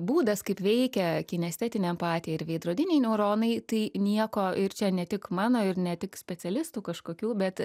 būdas kaip veikia kinestetinė empatija ir veidrodiniai neuronai tai nieko ir čia ne tik mano ir ne tik specialistų kažkokių bet